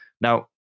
Now